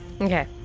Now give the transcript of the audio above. Okay